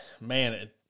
man